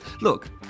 Look